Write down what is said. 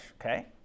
Okay